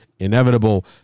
inevitable